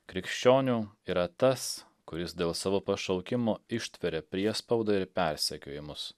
krikščioniu yra tas kuris dėl savo pašaukimo ištveria priespaudą ir persekiojimus